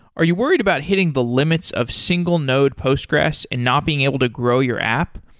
are you worried about hitting the limits of single node postgressql and not being able to grow your app,